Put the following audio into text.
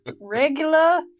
Regular